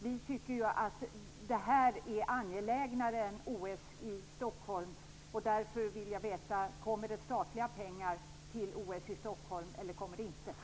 Vi tycker att det är angelägnare än OS i Stockholm. Därför vill jag veta: Kommer det statliga pengar till OS i Stockholm eller kommer det inte?